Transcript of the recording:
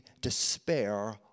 despair